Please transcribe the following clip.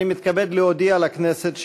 אני מתכבד להודיע לכנסת,